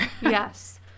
yes